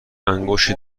انگشت